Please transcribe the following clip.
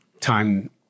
time